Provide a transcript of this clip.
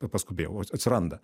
paskubėjau atsiranda